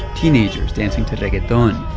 teenagers dancing to reggaeton,